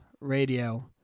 Radio